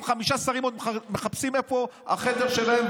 חמישה שרים עוד מחפשים איפה החדר שלהם,